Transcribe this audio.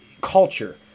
Culture